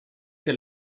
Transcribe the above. que